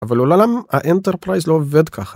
אבל אולם האינטרפרייז לא עובד ככה.